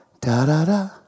da-da-da